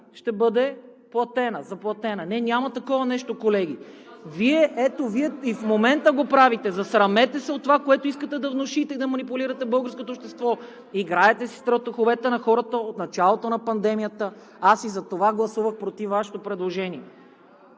ще бъде заплатена. Не, няма такова нещо, колеги! (Шум и реплики от „БСП за България“.) Ето, Вие и в момента го правите! Засрамете се от това, което искате да внушите и да манипулирате българското общество! Играете си със страховете на хората от началото на пандемията. Аз и затова гласувах против Вашето предложение.